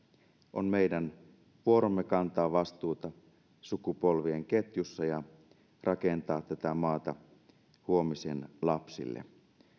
on meidän vuoromme kantaa vastuuta sukupolvien ketjussa ja rakentaa tätä maata huomisen lapsille